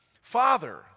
Father